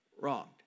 wronged